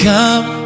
Come